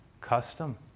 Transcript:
custom